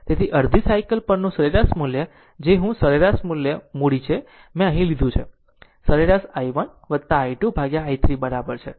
તેથી અડધા સાયકલ પરનું સરેરાશ મૂલ્ય જે હું સરેરાશ સરેરાશ મૂડી છે જે મેં લીધું છે મેં સરેરાશ i1 I2 i3 બરાબર છે